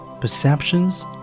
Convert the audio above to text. perceptions